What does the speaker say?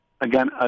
again